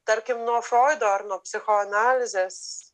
tarkim nuo froido ar nuo psichoanalizės